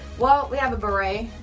well, we have a beret.